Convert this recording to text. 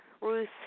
Ruth